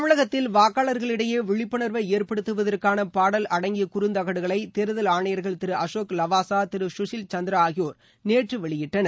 தமிழகத்தில் வாக்காளர்களிடையேவிழிப்புணர்வைஏற்படுத்துவதற்கானபாடல் அடங்கியகுறுந்தகடுகளைதேர்தல் ஆணையர்கள் திருஅசோக் லவாசா திருகஷீல் சந்திராஆகியோர் நேற்று வெளியிட்டனர்